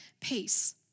peace